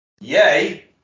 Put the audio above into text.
Yay